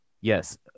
yes